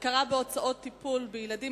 (הכרה בהוצאות טיפול בילדים),